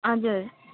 हजुर